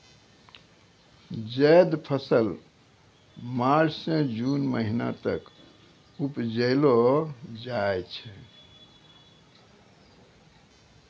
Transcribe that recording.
जैद फसल मार्च सें जून महीना तक उपजैलो जाय छै